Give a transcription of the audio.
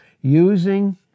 using